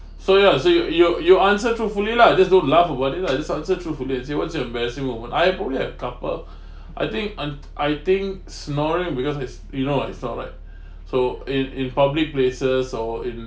so ya so you you you answer truthfully lah just don't laugh about it lah just answer truthfully it and say what's your embarrassing moment I probably have a couple I think un~ I think snoring because it's you know I snore right so in in public places or in